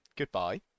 Goodbye